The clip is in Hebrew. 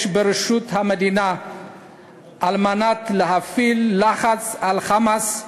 ברשות המדינה על מנת להפעיל לחץ על "חמאס",